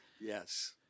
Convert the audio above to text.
yes